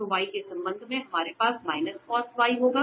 तो y के संबंध में हमारे पास cos y होगा